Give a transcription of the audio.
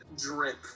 drip